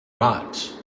rot